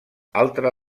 altra